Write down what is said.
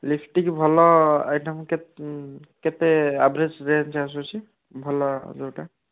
lipstick ଭଲ item କେତେ କେତେ ଆଭେରେଜ୍ ରେଞ୍ଜ ଆସୁଛି ଭଲ ଯୋଉଟା